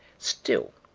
still,